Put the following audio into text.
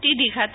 TD ખાતા